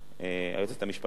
היועצת המשפטית לוועדה,